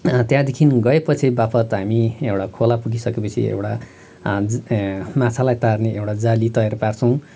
त्यहाँदेखिन गएपछि बापत हामी एउटा खोला पुगिसक्यो पछि एउटा ए माछालाई तार्ने एउटा जाली तयार पार्छौँ